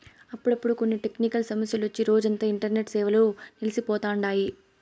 అప్పుడప్పుడు కొన్ని టెక్నికల్ సమస్యలొచ్చి రోజంతా ఇంటర్నెట్ సేవలు నిల్సి పోతండాయి